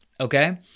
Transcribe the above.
okay